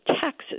taxes